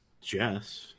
Jess